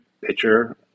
pitcher